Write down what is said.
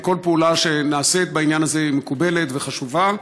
כל פעולה שנעשית בעניין הזה היא מקובלת וחשובה.